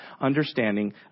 understanding